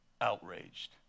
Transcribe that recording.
Outraged